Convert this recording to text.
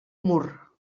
mur